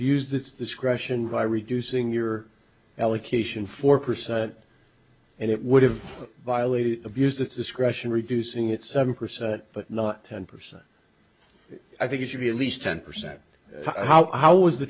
its discretion by reducing your allocation four percent and it would have violated abused its discretion reducing its seven percent but not ten percent i think it should be at least ten percent how was the